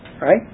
Right